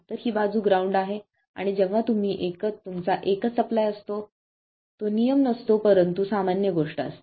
तर ही बाजू ग्राउंड आहे आणि जेव्हा तुमचा एकच सप्लाय असतो तो नियम नसतो परंतु ही सामान्य गोष्ट असते